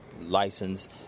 license